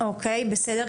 אוקיי, בסדר.